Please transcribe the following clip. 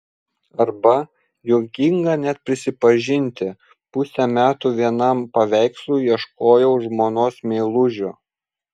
arba juokinga net prisipažinti pusę metų vienam paveikslui ieškojau žmonos meilužio